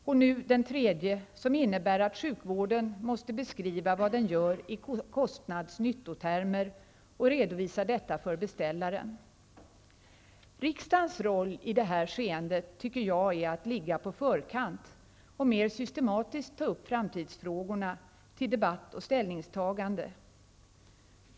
Nu har vi den tredje som innebär att sjukvården måste beskriva vad den gör i kostnads/nyttotermer och redovisa detta för beställaren. Riksdagens roll i detta skeende tycker jag är att litta på förkant och mer systematisk ta upp framtidsfrågorna till debatt och ställningstagande.